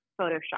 Photoshop